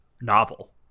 novel